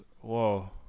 Whoa